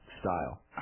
style